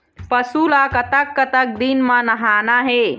पशु ला कतक कतक दिन म नहाना हे?